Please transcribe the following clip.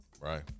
right